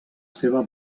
seva